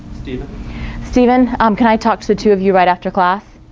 stephen stephen um can i talk to the two of you right after class?